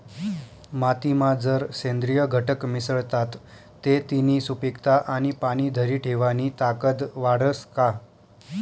मातीमा जर सेंद्रिय घटक मिसळतात ते तिनी सुपीकता आणि पाणी धरी ठेवानी ताकद वाढस का?